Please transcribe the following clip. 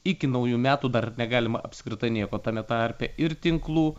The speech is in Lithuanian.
iki naujų metų dar negalima apskritai nieko tame tarpe ir tinklų